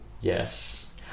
Yes